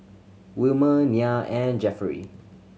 Wilmer Nyah and Jefferey